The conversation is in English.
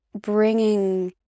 bringing